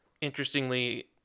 Interestingly